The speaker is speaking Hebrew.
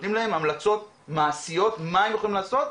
נותנים להם המלצות מעשיות מה הם יכולים לעשות,